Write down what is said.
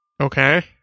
Okay